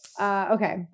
Okay